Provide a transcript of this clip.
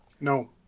No